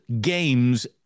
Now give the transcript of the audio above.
games